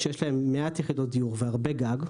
שיש להם מעט יחידות דיור והרבה גג,